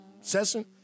session